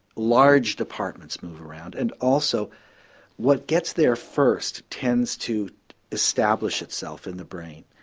large departments move around, and also what gets there first tends to establish itself in the brain.